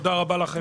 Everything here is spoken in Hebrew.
תודה רבה לכם,